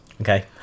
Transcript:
Okay